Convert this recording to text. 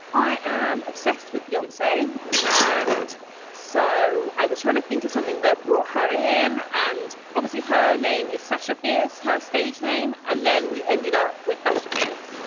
i am obsessed with beyonce and so i was trying to think of something that brought her in and obviously her name is sasha fierce, her stage name. and then we ended up with basher fierce.